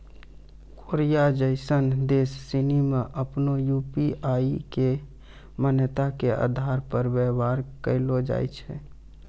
Korea जैसन देश सनि मे आपनो यू.पी.आई के मान्यता के आधार पर व्यवहार कैलो जाय छै